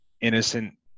innocent